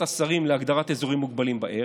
השרים להגדרת אזורים מוגבלים בערב,